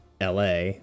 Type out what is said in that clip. LA